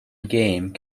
game